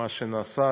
מה שנעשה.